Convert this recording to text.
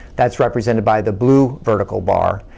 that's represented by the blue vertical bar.